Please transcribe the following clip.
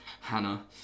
Hannah